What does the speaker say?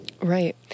Right